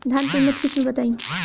धान के उन्नत किस्म बताई?